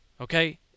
okay